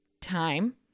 time